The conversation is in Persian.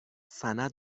سند